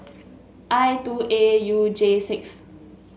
I two A U J six